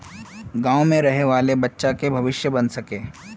गाँव में रहे वाले बच्चा की भविष्य बन सके?